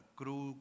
crew